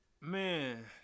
Man